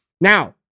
Now